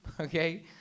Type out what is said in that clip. okay